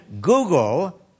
Google